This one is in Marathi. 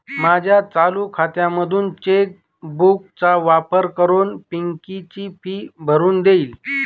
माझ्या चालू खात्यामधून चेक बुक चा वापर करून पिंकी ची फी भरून देईल